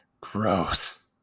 Gross